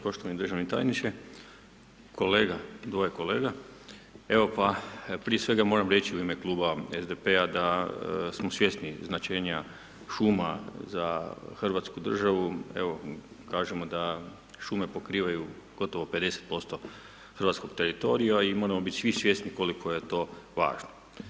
Poštovani državni tajniče, kolega, gle kolega, evo pa, prije svega moram reći u ime Kluba SDP-a da smo svjesni značenja šuma za hrvatsku državu, evo kažemo da šume pokrivaju gotovo 50% hrvatskog teritorija i moramo bit svi svjesni koliko je to važno.